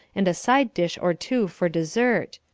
and a side dish or two for dessert,